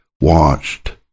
watched